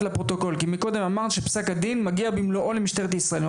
לפרוטוקול כי קודם אמרת שפסק הדין מגיע במלואו למשטרת ישראל.